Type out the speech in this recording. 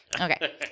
Okay